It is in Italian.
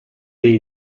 dei